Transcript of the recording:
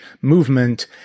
movement